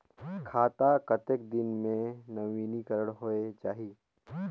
खाता कतेक दिन मे नवीनीकरण होए जाहि??